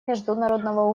международного